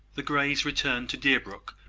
the greys returned to deerbrook,